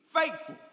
faithful